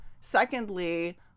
Secondly